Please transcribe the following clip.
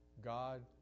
God